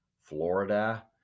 Florida